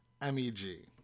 MEG